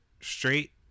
straight